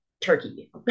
turkey